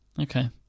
okay